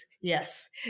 Yes